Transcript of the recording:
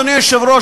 אדוני היושב-ראש,